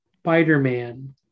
Spider-Man